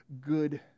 good